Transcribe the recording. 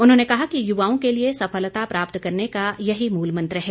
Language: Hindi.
उन्होंने कहा कि युवाओं के लिए सफलता प्राप्त करने का यही मूल मंत्र है